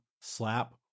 slap